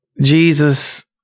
Jesus